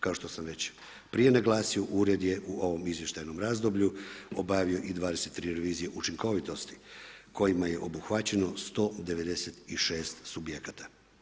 Kao što već prije naglasio, Ured je u ovom izvještajnom razdoblju obavio i 23 revizije učinkovitosti kojima je obuhvaćeno 196 subjekata.